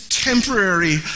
Temporary